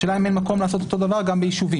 השאלה אם אין מקום לעשות אותו דבר גם ביישובים.